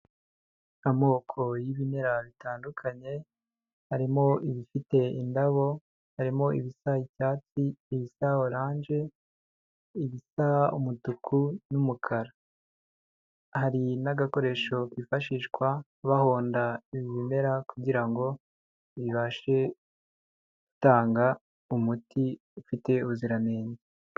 Amoko y'ibimera bitandukanye, harimo ibifite indabo, harimo ibisa icyatsi, ibisa oranje, ibisa umutuku n'umukara, hari n'agakoresho kifashishwa bahonda ibimera kugira ngo bibashe gutanga umuti ufite ubuziranenge.